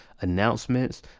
announcements